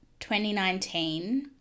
2019